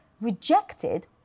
rejected